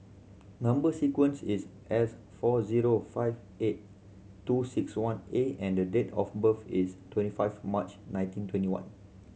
number sequence is S four zero five eight two six one A and the the date of birth is twenty five March nineteen twenty one